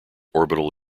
orbital